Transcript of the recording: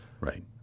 Right